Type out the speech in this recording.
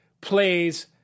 plays